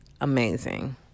amazing